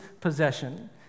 possession